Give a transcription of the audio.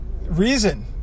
reason